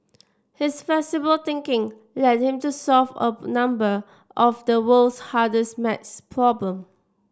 his flexible thinking led him to solve a number of the world's hardest math problem